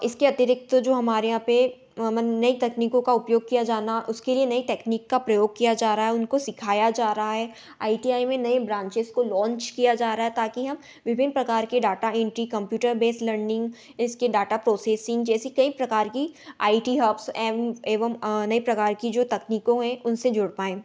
इसके अतिरिक्त जो हमारे यहाँ पर नई तकनीकों का उपयोग किया ज़ाना उसके लिए नई टेक्निक का प्रयोग किया ज़ा रहा है उनको सिखाया ज़ा रहा है आई टी आई में नई ब्रांचेज को लौन्च किया जा रहा है ताकी हम विभिन्न प्रकार के data entry computer based learning इसके डाटा प्रोसेसिंग जैसी कई प्रकार की आई टी हब्स एवं नई प्रकार कि जो तकनीकों हैं उनसे जुड़ पाएँ